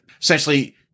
Essentially